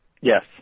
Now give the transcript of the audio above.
Yes